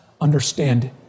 understand